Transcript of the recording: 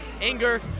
anger